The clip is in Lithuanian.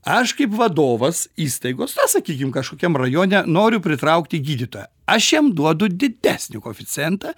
aš kaip vadovas įstaigos na sakykim kažkokiam rajone noriu pritraukti gydytoją aš jam duodu didesnį koeficientą